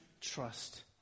trust